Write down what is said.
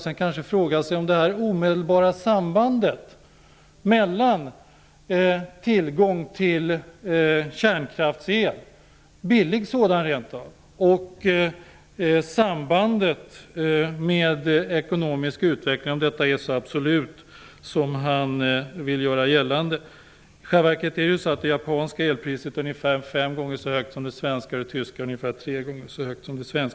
Sedan kan han fråga sig om det omedelbara sambandet mellan tillgång till billig kärnkraftsel och ekonomisk utveckling är så absolut som han vill göra gällande. I själva verket är det ju så att det japanska elpriset är ungefär fem gånger så högt som det svenska, och det tyska är ungefär tre gånger så högt.